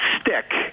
stick